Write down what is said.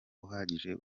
uhagije